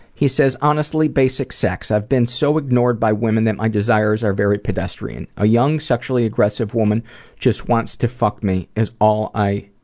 he says, honestly, basic sex. i've been so ignored by women that my desires are very pedestrian. a young, sexually sexually aggressive woman just wants to fuck me is all i.